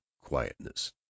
quietness